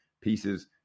pieces